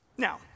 Now